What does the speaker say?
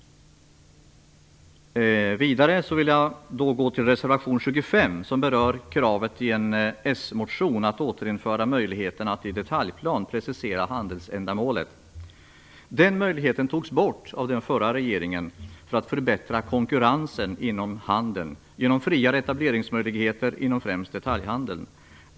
Reservation 25 berör kravet i en s-motion att återinföra möjligheten att i en detaljplan precisera handelsändamålet. Den möjligheten togs bort av den förra regeringen för att förbättra konkurrensen inom handeln genom friare etableringsmöjligheter inom främst detaljhandeln.